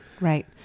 Right